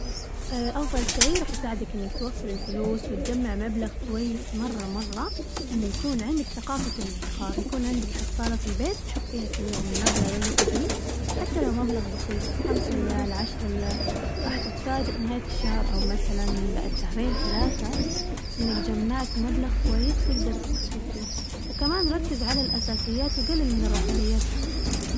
أفضل شي راح يساعدك إنك توفر الفلوس وتجمع مبلغ كويس مرة مرة إنه يكون عندك ثقافة الادخار، أنه يكون عندك حصالة في البيت تحط فيها كل يوم المبلغ اللي تبيه، حتى لو مبلغ بسيط خمس ريال عشرة ريال راح تتفاجأ نهاية الشهر أو مثلاً بعد شهرين ثلاثة إنك جمعت مبلغ كويس تقدر تستفيد فيه، وكمان ركز على الأساسيات وقلل من الرفاهيات شوي.